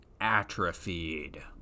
atrophied